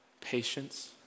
patience